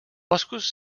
boscos